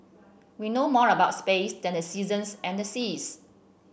we know more about space than the seasons and the seas